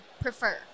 prefer